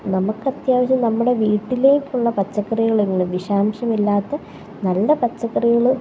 നമ്മൾക്ക് അത്യാവശ്യം നമ്മുടെ വീട്ടിലേക്കുള്ള പച്ചക്കറികളെങ്കിലും വിഷാംശമില്ലാത്ത നല്ല പച്ചക്കറികൾ